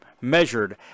measured